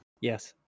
Yes